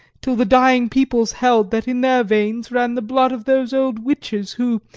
till the dying peoples held that in their veins ran the blood of those old witches, who,